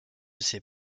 ces